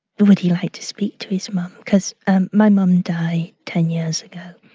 but would he like to speak to his mum because um my mum died ten years ago.